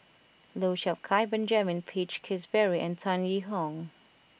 Lau Chiap Khai Benjamin Peach Keasberry and Tan Yee Hong